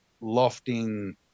lofting